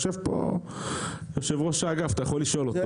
נמצא כאן יושב-ראש האגף ואתה יכול לשאול אותו,